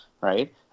Right